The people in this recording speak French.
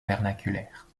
vernaculaire